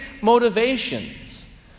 motivations